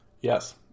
yes